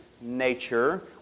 Nature